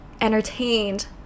entertained